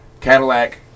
Cadillac